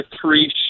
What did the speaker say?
three